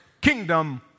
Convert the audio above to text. kingdom